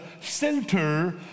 center